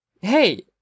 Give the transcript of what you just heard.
Hey